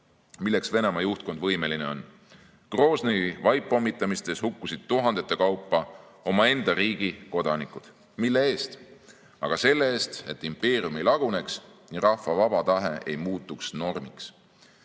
milleks Venemaa juhtkond võimeline on. Groznõi vaippommitamistes hukkusid tuhandete kaupa omaenda riigi kodanikud. Mille nimel? Aga selle nimel, et impeerium ei laguneks ja rahva vaba tahe ei muutuks normiks. Nii